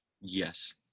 Yes